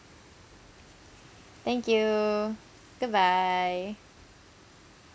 thank you goodbye